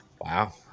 Wow